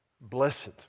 Blessed